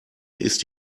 ist